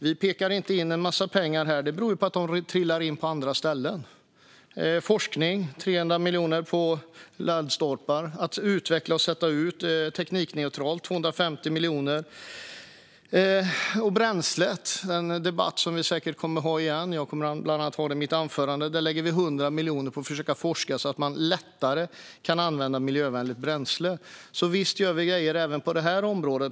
Vi pekar inte med en massa pengar här, och det beror på att de trillar in på andra ställen. Forskning får 300 miljoner, och laddstolpar, att utveckla och sätta ut teknikneutralt, får 250 miljoner. När det gäller bränslet - en debatt som vi säkert kommer att ha igen, och jag kommer att tala om det i mitt anförande - lägger vi 100 miljoner på forskning så att man lättare kan använda miljövänligt bränsle. Vi gör alltså grejer även på detta område.